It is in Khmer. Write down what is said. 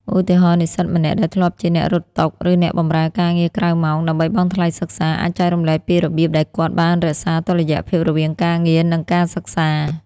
ឧទាហរណ៍ និស្សិតម្នាក់ដែលធ្លាប់ជាអ្នករត់តុ ឬអ្នកបម្រើការងារក្រៅម៉ោង ដើម្បីបង់ថ្លៃសិក្សា អាចចែករំលែកពីរបៀបដែលគាត់បានរក្សាតុល្យភាពរវាងការងារ និងការសិក្សា។